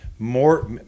more